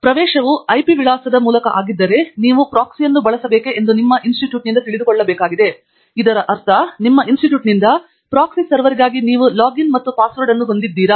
ಮತ್ತು ಪ್ರವೇಶವು ಐಪಿ ವಿಳಾಸದ ಮೂಲಕ ಆಗಿದ್ದರೆ ನಾವು ಪ್ರಾಕ್ಸಿಯನ್ನು ಬಳಸಬೇಕೆ ಎಂದು ನಾವು ಇನ್ಸ್ಟಿಟ್ಯೂಟ್ನಿಂದ ತಿಳಿದುಕೊಳ್ಳಬೇಕಾಗಿದೆ ಮತ್ತು ಇದರರ್ಥ ನಿಮ್ಮ ಇನ್ಸ್ಟಿಟ್ಯೂಟ್ನಿಂದ ಪ್ರಾಕ್ಸಿ ಸರ್ವರ್ಗಾಗಿ ನೀವು ಲಾಗಿನ್ ಮತ್ತು ಪಾಸ್ವರ್ಡ್ ಅನ್ನು ಹೊಂದಿದ್ದೀರಾ